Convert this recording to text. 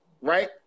right